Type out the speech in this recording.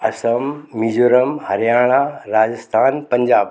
Assam Mizoram Haryana Rajasthan Punjab